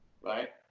right